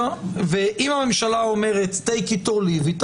אם הממשלה אומרת: take it or leave it,